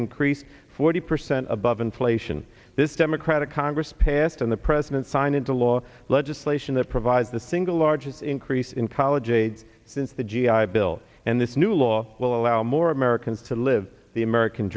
increased forty percent above inflation this democratic congress passed and the president signed into law legislation that provides the single largest increase in college aid since the g i bill and this new law will allow more americans to live the american